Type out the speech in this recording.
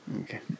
Okay